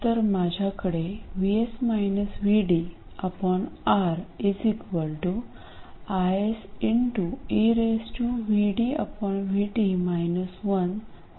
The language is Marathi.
तर माझ्याकडेR IS होता